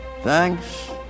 Thanks